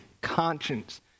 conscience